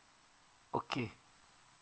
okay